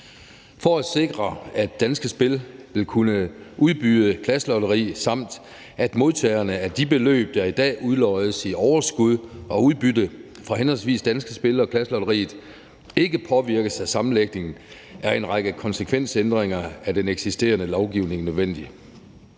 For at sikre, at Danske Spil vil kunne udbyde klasselotteri, samt at modtagerne af de beløb, der i dag udloddes i overskud og udbytte fra henholdsvis Danske Spil og Klasselotteriet, ikke påvirkes af sammenlægningen, er en række konsekvensændringer af den eksisterende lovgivning nødvendig.